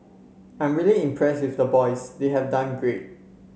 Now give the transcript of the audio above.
I'm really impressed with the boys they have done great